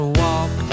walk